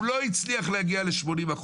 הוא לא הצליח להגיע ל-80%.